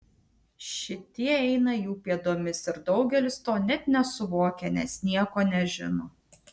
šitie eina jų pėdomis ir daugelis to net nesuvokia nes nieko nežino